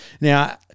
Now